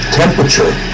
temperature